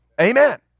Amen